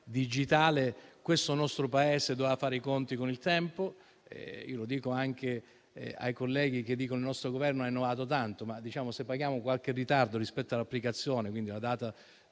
digitale il nostro Paese dovesse fare i conti con il tempo (lo dico anche ai colleghi che dicono che il nostro Governo ha innovato tanto). Paghiamo qualche ritardo rispetto all'applicazione, cioè alla data